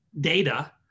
data